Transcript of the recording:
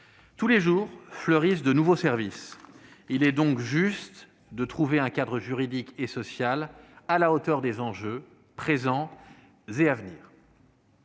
Tous les jours fleurissent de nouveaux services. Il est donc juste de trouver un cadre juridique et social à la hauteur des enjeux, présents et à venir.